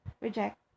reject